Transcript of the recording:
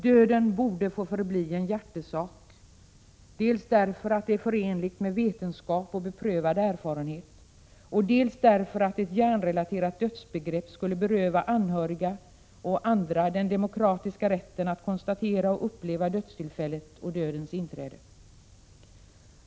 Döden borde få förbli en hjärtesak, dels därför att det är förenligt med vetenskap och beprövad erfarenhet, dels därför att ett hjärnrelaterat dödsbegrepp skulle beröva anhöriga och andra den demokratiska rätten att konstatera och uppleva dödstillfället och dödens inträde.